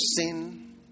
sin